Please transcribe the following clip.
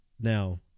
Now